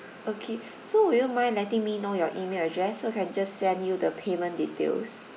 okay so would you mind letting me know your email address so can just send you the payment details